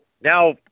now